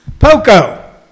Poco